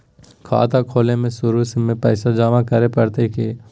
खाता खोले में शुरू में पैसो जमा करे पड़तई की?